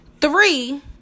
Three